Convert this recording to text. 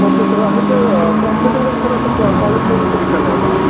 okay sir आणि ते prospectus वगैरे सर आता कॉ कॉलेजमधून कलेक्ट करायला लागेल ना मला